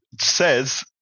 says